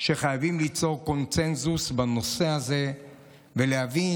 שחייבים ליצור קונסנזוס בנושא הזה ולהבין